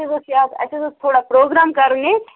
اَسہِ حظ یہ از اَسہِ حظ اوس تھوڑا پروگرام کَرُن ییتہِ